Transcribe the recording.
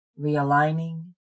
realigning